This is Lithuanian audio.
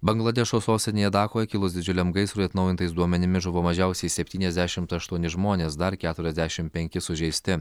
bangladešo sostinėje dakoje kilus didžiuliam gaisrui atnaujintais duomenimis žuvo mažiausiai septyniasdešimt aštuoni žmonės dar keturiasdešim penki sužeisti